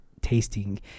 tasting